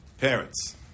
Parents